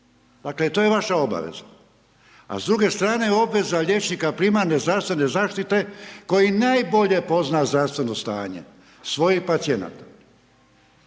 Dakle, to je vaša obaveza. A s druge strane je obveza liječnika primarne zdravstvene zaštite koji najbolje pozna zdravstveno stanje svojih pacijenata,